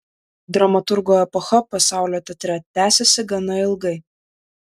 dramaturgo epocha pasaulio teatre tęsėsi gana ilgai